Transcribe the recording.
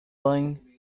willing